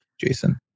Jason